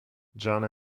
john